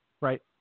Right